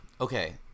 Okay